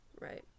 Right